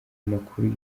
amakuru